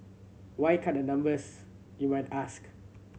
why cut the numbers you might ask